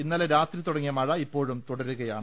ഇന്നലെ രാത്രി തുട ങ്ങിയ മഴ ഇപ്പോഴും തുടരുകയാണ്